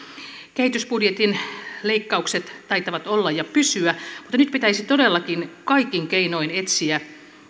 kehitysbudjetin leikkaukset taitavat olla ja pysyä mutta nyt pitäisi todellakin kaikin keinoin etsiä